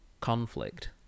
conflict